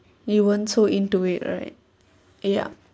you weren't so into it right ya